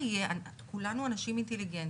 זה ציבור שצורך יותר תחבורה ציבורית.